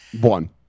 one